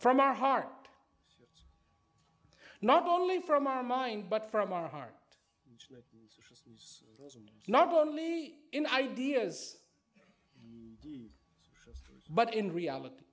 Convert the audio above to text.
from our heart not only from our mind but from our heart not only in ideas but in reality